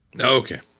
Okay